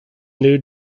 new